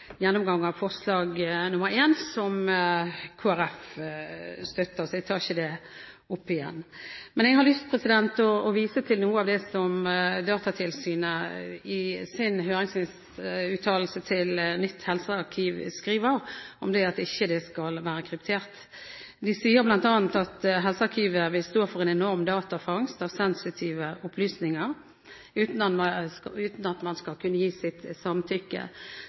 gjennomgang av forslag nr. 1, som Kristelig Folkeparti støtter, så jeg tar ikke det opp igjen. Jeg har lyst til å vise til noe av det som Datatilsynet i sin høringsuttalelse til nytt helsearkiv skriver om at det ikke skal være kryptert. De sier bl.a. at helsearkivet vil stå for en enorm datafangst av sensitive opplysninger uten at man skal kunne gi sitt samtykke.